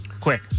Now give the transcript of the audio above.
Quick